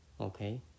Okay